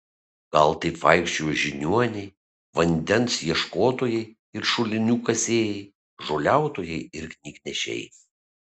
gal taip vaikščiojo žiniuoniai vandens ieškotojai ir šulinių kasėjai žoliautojai ir knygnešiai